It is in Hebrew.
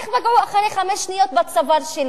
איך פגעו אחרי חמש שניות בצוואר שלי.